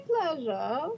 pleasure